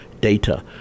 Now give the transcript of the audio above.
data